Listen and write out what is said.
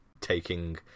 taking